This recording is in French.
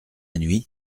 nuit